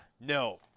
No